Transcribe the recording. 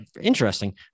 interesting